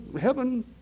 heaven